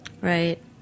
Right